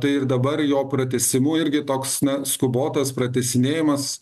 tai ir dabar jo pratęsimu irgi toks skubotas pratęsinėjimas